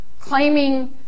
claiming